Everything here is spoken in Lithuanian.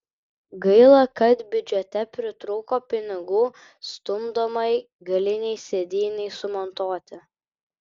gaila kad biudžete pritrūko pinigų stumdomai galinei sėdynei sumontuoti